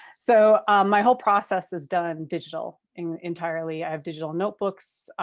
so my whole process is done digital, and entirely. i have digital notebooks.